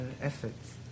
Efforts